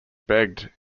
begged